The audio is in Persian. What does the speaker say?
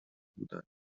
بودند